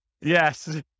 yes